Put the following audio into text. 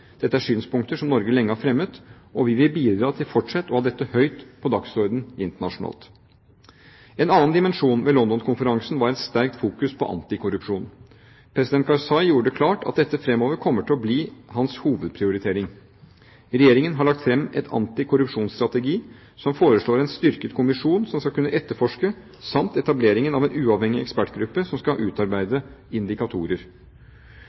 Dette er synspunkter som Norge lenge har fremmet, og vi vil bidra til fortsatt å ha dette høyt på dagsordenen internasjonalt. En annen dimensjon ved London-konferansen var et sterkt fokus på antikorrupsjon. President Karzai gjorde det klart at dette fremover kommer til å bli hans hovedprioritering. Regjeringen har lagt fram en antikorrupsjonsstrategi som foreslår en styrket kommisjon som skal kunne etterforske, samt etablering av en uavhengig ekspertgruppe som skal